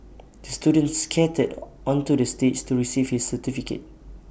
the student skated onto the stage to receive his certificate